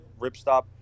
ripstop